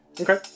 Okay